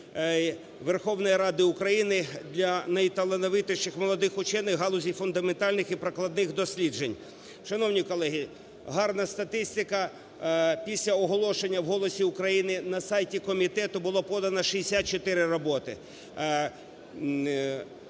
Верховної Ради України для найталановитіших молодих учених у галузі фундаментальних і прикладних досліджень. Шановні колеги, гарна статистика: після оголошення в "Голосі України" на сайті комітету було подано 64 роботи.